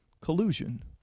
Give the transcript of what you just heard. collusion